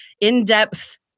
in-depth